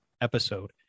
episode